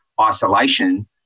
isolation